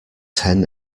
ten